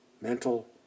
mental